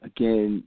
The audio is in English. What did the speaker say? Again